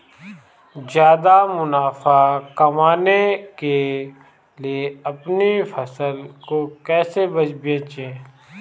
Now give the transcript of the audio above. ज्यादा मुनाफा कमाने के लिए अपनी फसल को कैसे बेचें?